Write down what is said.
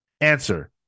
Answer